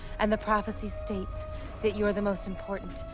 and the prophecy states that you are the most important,